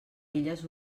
elles